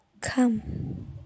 come